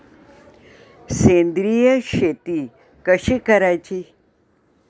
सेंद्रिय शेती कशी करायची?